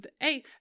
Hey